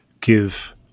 give